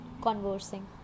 conversing